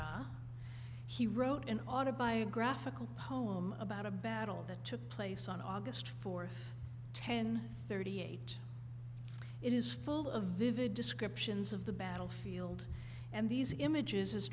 today he wrote an autobiographical poem about a battle that took place on august fourth ten thirty eight it is full of vivid descriptions of the battlefield and these images